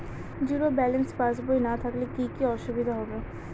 Zero balance পাসবই না থাকলে কি কী অসুবিধা হবে?